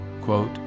quote